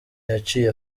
yaciye